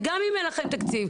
וגם אם אין לכם תקציב,